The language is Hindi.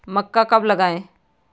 मक्का कब लगाएँ?